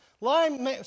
Lime